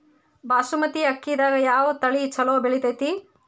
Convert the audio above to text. ಬಾಸುಮತಿ ಅಕ್ಕಿದಾಗ ಯಾವ ತಳಿ ಛಲೋ ಬೆಳಿತೈತಿ?